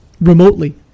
remotely